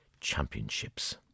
championships